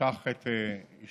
פתח את ישיבת